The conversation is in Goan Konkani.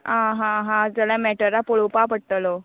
आ हा हा जाल्या मॅटरा पळोपा पडटलो